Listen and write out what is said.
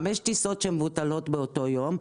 חמש טיסות שמבוטלות באותו יום,